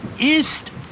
ist